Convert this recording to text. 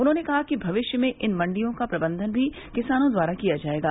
उन्होंने कहा कि भविष्य में इन मण्डियों का प्रबन्धन भी किसानों द्वारा किया जायेगा